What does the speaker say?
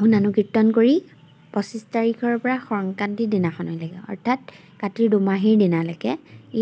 গুণানুকীৰ্তন কৰি পঁচিছ তাৰিখৰপৰা সংক্ৰান্তি দিনাখনলৈকে অৰ্থাৎ কাতিৰ দুমাহীৰ দিনালৈকে